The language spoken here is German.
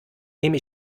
nehme